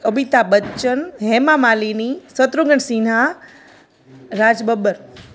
Amitabh Bachchan Hema Malini Shatrughan Sinha Raj Babbar